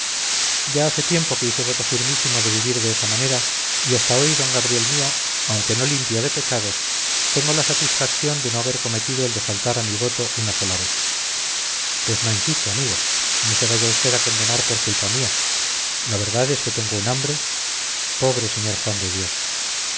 ya hace tiempo que hice voto firmísimo de vivir de esa manera y hasta hoy d gabriel mío aunque no limpio de pecados tengo la satisfacción de no haber cometido el de faltar a mi voto una sola vez pues no insisto amigo no se vaya usted a condenar por culpa mía la verdad es que tengo un hambre pobre sr juan de dios